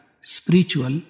spiritual